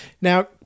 Now